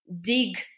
dig